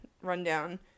rundown